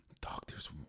doctors